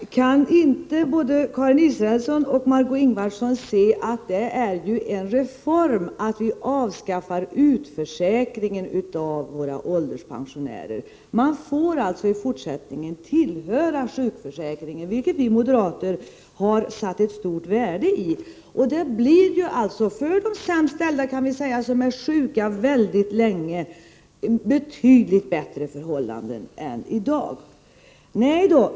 Herr talman! Kan inte Karin Israelsson och Margö Ingvardsson se att det är en reform att vi avskaffar utförsäkringen av våra ålderspensionärer? Ålderspensionärerna får i fortsättningen tillhöra sjukförsäkringen, vilket vi moderater har satt stort värde på. För de sämst ställda, de som är sjuka mycket länge, blir det betydligt bättre förhållanden än i dag.